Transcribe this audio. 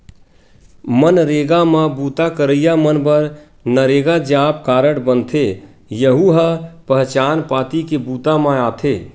मनरेगा म बूता करइया मन बर नरेगा जॉब कारड बनथे, यहूं ह पहचान पाती के बूता म आथे